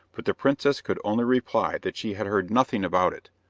but the princess could only reply that she had heard nothing about it.